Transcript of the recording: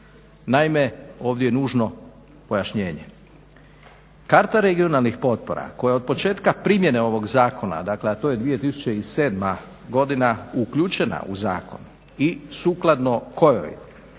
Naime, ovdje je nužno pojašnjenje. Karta regionalnih potpora koja od početka primjene ovog zakona, dakle a to je 2007. godina uključena u zakon i sukladno kojoj